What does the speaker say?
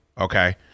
okay